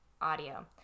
audio